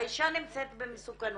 האישה נמצאת במסוכנות,